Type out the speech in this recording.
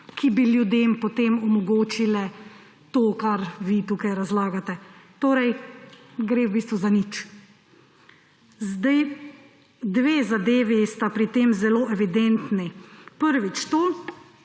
ki bi ljudem potem omogočili to, kar vi tukaj razlagate. Torej gre v bistvu za nič. Dve zadevi sta pri tem zelo evidentni. Prvič to,